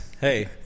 Hey